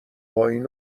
پایین